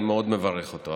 אני מאוד מברך אותו.